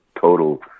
total